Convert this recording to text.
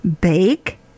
Bake